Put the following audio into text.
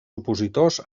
opositors